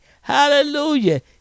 Hallelujah